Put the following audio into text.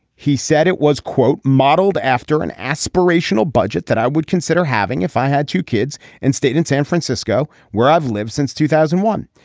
he said it was quote modeled after an aspirational budget that i would consider having if i had two kids in state in san francisco where i've lived since two thousand and one.